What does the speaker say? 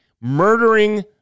murdering